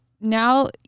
now